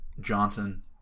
Johnson